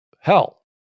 hell